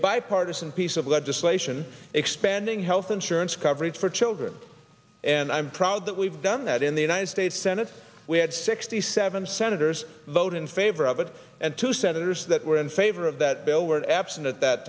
bipartisan piece of legislation expanding health insurance coverage for children and i'm proud that we've done that in the united states senate we had sixty seven senators vote in favor of it and two senators that were in favor of that bill were absent at that